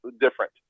different